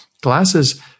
glasses